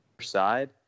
side